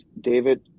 David